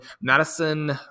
Madison